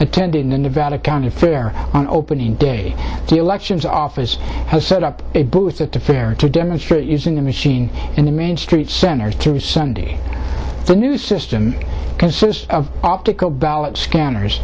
attending the nevada county fair on opening day the elections office has set up a booth the fair to demonstrate using a machine in the main street center through sunday the new system consists of optical ballots scanners